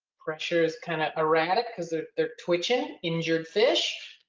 pressure's kind of erratic cause ah they're twitching, injured fish,